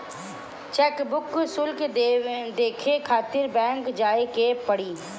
chequebook शुल्क देखे खातिर बैंक जाए के पड़ी